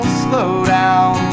slowdown